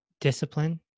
discipline